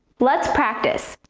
let's practice.